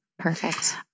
Perfect